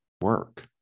work